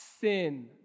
sin